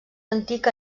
antic